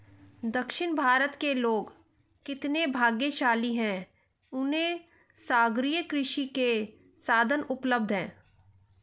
दक्षिण भारत के लोग कितने भाग्यशाली हैं, उन्हें सागरीय कृषि के साधन उपलब्ध हैं